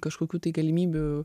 kažkokių tai galimybių